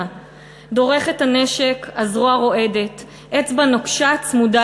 // דורך את הנשק / הזרוע רועדת / אצבע נוקשה / צמודה